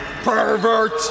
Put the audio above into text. pervert